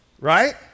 right